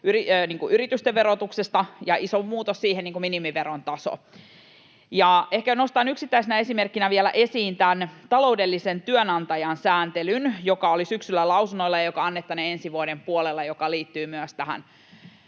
yritysten verotukseen, ja iso muutos siinä on minimiveron taso. Ja ehkä nostan yksittäisenä esimerkkinä vielä esiin tämän taloudellisen työnantajan sääntelyn, joka oli syksyllä lausunnoilla ja joka annettaneen ensi vuoden puolella, joka liittyy myös